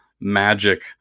magic